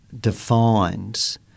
defines